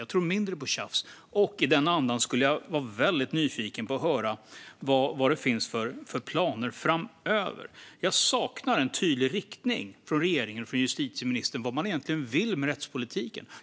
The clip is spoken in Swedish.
Jag tror mindre på tjafs. I den andan är jag väldigt nyfiken på att höra vad det finns för planer framöver. Jag saknar en tydlig riktning från regeringen och från justitieministern. Vad vill man egentligen med rättspolitiken?